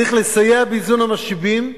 צריך לסייע באיזון המשאבים,